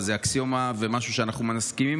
אבל זאת אקסיומה ומשהו שאנחנו מסכימים